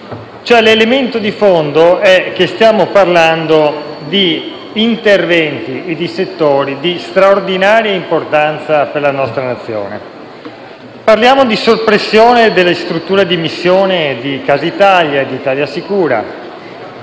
L'elemento di fondo è che stiamo parlando di interventi e di settori di straordinaria importanza per la nostra Nazione. Parliamo di soppressione delle strutture di missione di Casa Italia e di ItaliaSicura;